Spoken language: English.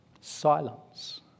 silence